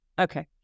Okay